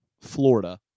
Florida